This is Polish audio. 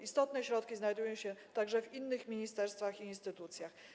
Istotne środki znajdują się także w innych ministerstwach i instytucjach.